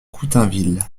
coutainville